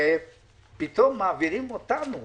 ופתאום מעבירים אותנו